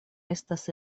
estas